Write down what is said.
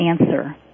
answer